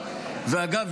ואגב,